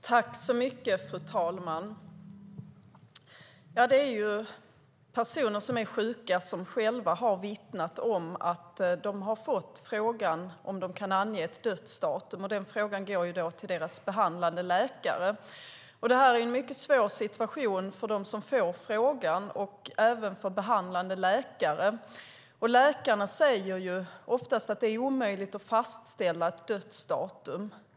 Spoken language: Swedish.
Fru talman! Det är personer som är sjuka som själva har vittnat om att de har fått frågan om de kan ange ett dödsdatum. Frågan går då till deras behandlande läkare. Det är en mycket svår situation för dem som får frågan och även för behandlande läkare. Läkarna säger oftast att det är omöjligt att fastställa ett dödsdatum.